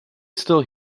still